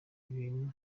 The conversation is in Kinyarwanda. bintu